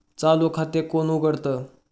चालू खाते कोण उघडतं?